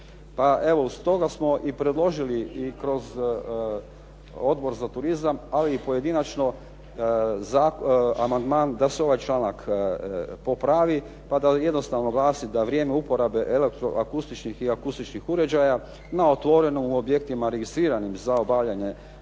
Pa evo stoga smo i predložili i kroz Odbor za turizam ali i pojedinačno za amandman da se ovaj članak popravi, pa da jednostavno glasi da vrijeme upotrebe elektroakustičkih i akustičkih uređaja na otvorenom u objektima registriranim za obavljanje